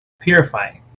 Purifying